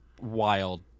wild